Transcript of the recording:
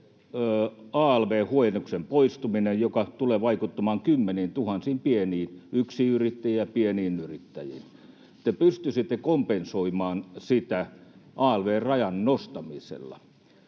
alv-huojennuksen poistuminen, joka tulee vaikuttamaan kymmeniintuhansiin pieniin yksinyrittäjiin ja pieniin yrittäjiin. Te pystyisitte kompensoimaan sitä alv-rajan nostamisella.